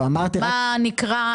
מה שנקרא,